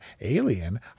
Alien